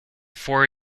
four